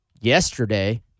yesterday